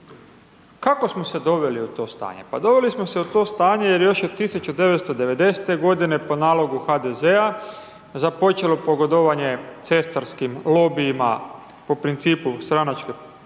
Kako smo se doveli u to stanje? Pa doveli smo se u to stanje jer još od 1990. godine po nalogu HDZ-a započelo pogodovanje cestarskim lobijima po principu stranačke osobnosti,